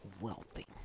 wealthy